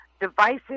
devices